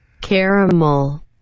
Caramel